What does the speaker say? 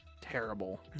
terrible